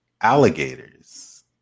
alligators